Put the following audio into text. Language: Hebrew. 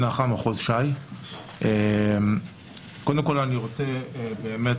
קודם כל אני רוצה להגיד,